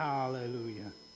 Hallelujah